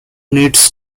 needs